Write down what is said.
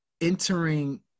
entering